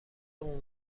اون